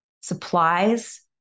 supplies